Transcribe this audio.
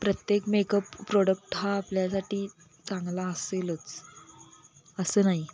प्रत्येक makeup product हा आपल्यासाठी चांगला असेलच असं नाही